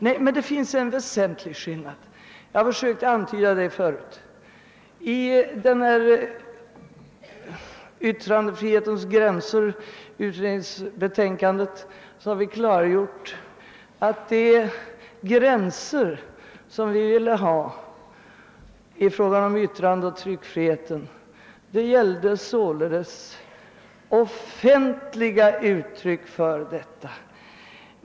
Nej, det finns en väsentlig skillnad. Jag har försökt antyda det i tidigare anföranden. I utredningens betänkande »Yttrandefrihetens gränser« har vi klargjort att de gränser vi vill ha i fråga om yttrandeoch tryckfrihet gällde offentligt hot, skymfande, o.s. v.